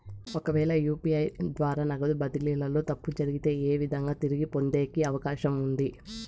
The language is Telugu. ఒకవేల యు.పి.ఐ ద్వారా నగదు బదిలీలో తప్పు జరిగితే, ఏ విధంగా తిరిగి పొందేకి అవకాశం ఉంది?